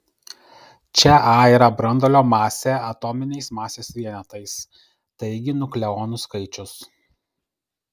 čia a yra branduolio masė atominiais masės vienetais taigi nukleonų skaičius